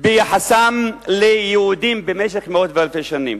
ביחסן ליהודים במשך מאות ואלפי שנים.